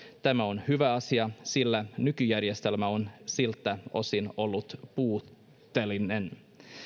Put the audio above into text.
tämä on hyvä asia sillä nykyjärjestelmä on siltä osin ollut puutteellinen